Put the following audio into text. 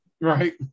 Right